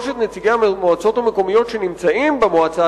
בין שלושת נציגי המועצות המקומיות שנמצאים במועצה